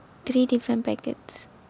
three different packets